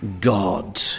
God